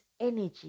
energy